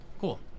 Cool